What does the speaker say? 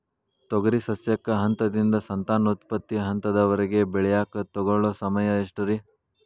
ತೊಗರಿ ಸಸ್ಯಕ ಹಂತದಿಂದ, ಸಂತಾನೋತ್ಪತ್ತಿ ಹಂತದವರೆಗ ಬೆಳೆಯಾಕ ತಗೊಳ್ಳೋ ಸಮಯ ಎಷ್ಟರೇ?